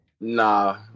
Nah